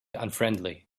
unfriendly